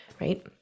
right